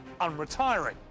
unretiring